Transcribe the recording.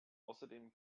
außerdem